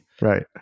Right